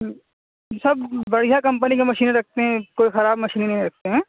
ہوں سب بڑھیاں کمپنی کی مشینیں رکھتے ہیں کوئی خراب مشینیں نہیں رکھتے ہیں